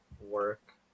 work